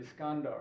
Iskandar